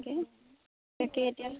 তাকে তাকে এতিয়া